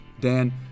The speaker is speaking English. Dan